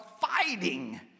fighting